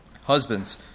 Husbands